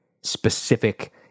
specific